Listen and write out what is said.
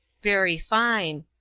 very fine.